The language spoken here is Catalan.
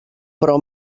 però